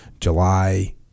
July